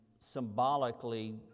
Symbolically